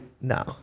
no